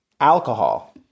alcohol